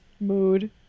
Mood